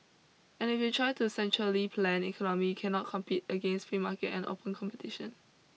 and if you try to centrally planned economy cannot compete against free market and open competition